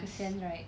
kesian right